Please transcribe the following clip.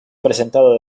presentado